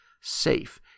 safe